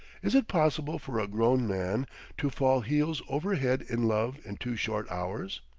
is it possible for a grown man to fall heels over head in love in two short hours?